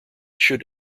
should